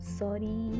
sorry